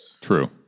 True